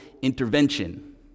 intervention